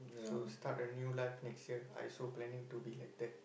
so start a new life next year I also planning to be like that